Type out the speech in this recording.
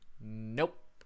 Nope